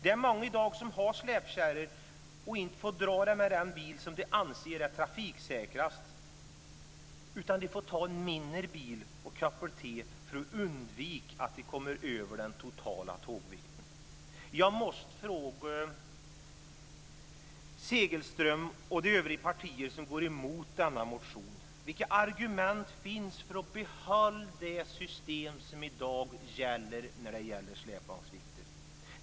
Det är många i dag som har släpkärror och inte får dra dem med den bil de anser är trafiksäkrast, utan de får ta en mindre bil och koppla den för att undvika att de kommer över den totala tågvikten. Jag måste fråga Segelström och övriga partier som går emot denna motion vilka argument som finns för att behålla det system som i dag gäller när det gäller släpvagnsvikter.